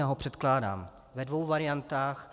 Já ho předkládám ve dvou variantách.